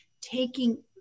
taking